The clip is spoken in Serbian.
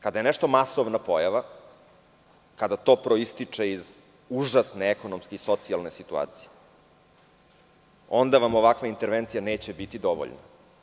Kada je nešto masovna pojava, kada to proističe iz užasne ekonomske i socijalne situacije onda vam ovakva intervencija neće biti dovoljna.